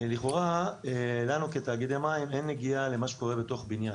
לכאורה לנו כתאגידי מים אין נגיעה למה שקורה בתוך בניין.